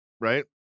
right